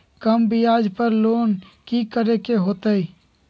कम ब्याज पर लोन की करे के होतई?